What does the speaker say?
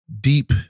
deep